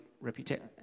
reputation